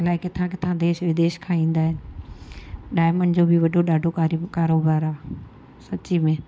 अलाए किथां किथां देश विदेश खां ईंदा आहिनि डायमंड जो बि वॾो ॾाढो कारी कारोबार आहे सची में